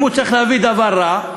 אם הוא צריך להביא דבר רע,